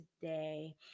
today